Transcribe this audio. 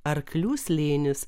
arklių slėnis